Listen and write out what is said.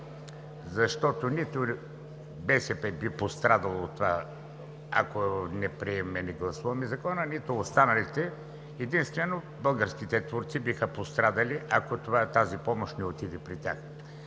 като нито БСП би пострадало от това, ако не приемем и не гласуваме Закона, нито останалите. Единствено българските творци биха пострадали, ако тази помощ не отиде при тях.